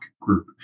group